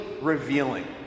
revealing